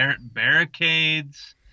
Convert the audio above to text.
barricades